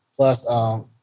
plus